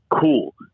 Cool